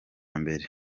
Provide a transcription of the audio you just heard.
mbere